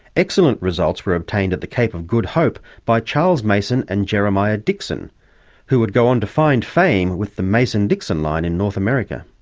excellent results were obtained at the cape of good hope by charles mason and jeremiah dixon who would go on to find fame with the mason-dixon line in north america.